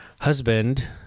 husband